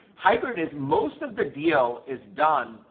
hybrid is most of the deal is done.